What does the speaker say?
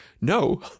no